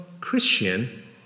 Christian